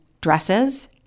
dresses